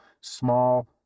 small